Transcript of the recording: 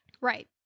Right